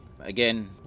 Again